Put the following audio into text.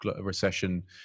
recession